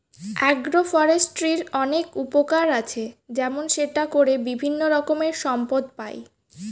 agro ফরেস্ট্রির অনেক উপকার আছে, যেমন সেটা করে বিভিন্ন রকমের সম্পদ পাই